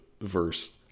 verse